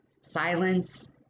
Silence